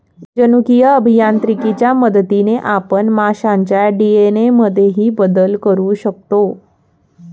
जनुकीय अभियांत्रिकीच्या मदतीने आपण माशांच्या डी.एन.ए मध्येही बदल करू शकतो